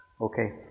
okay